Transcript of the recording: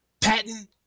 Patton